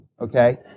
Okay